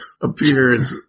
appears